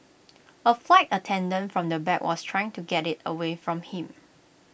A flight attendant from the back was trying to get IT away from him